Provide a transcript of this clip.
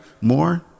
more